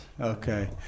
okay